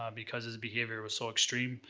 um because his behavior was so extreme,